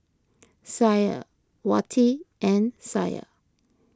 Syah Wati and Syah